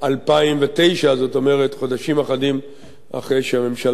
זאת אומרת חודשים אחדים אחרי שהממשלה ה-32,